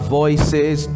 voices